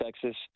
Texas